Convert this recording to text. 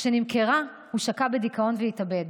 כשנמכרה, הוא שקע בדיכאון והתאבד.